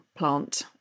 plant